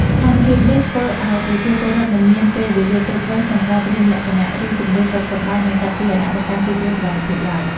ស្ថានភាពនេះធ្វើឱ្យប្រជាពលរដ្ឋមិនមានពេលវេលាគ្រប់គ្រាន់ក្នុងការត្រៀមលក្ខណៈ ឬជម្លៀសទ្រព្យសម្បត្តិ និងសត្វពាហនៈទៅកាន់ទីទួលសុវត្ថិភាពឡើយ។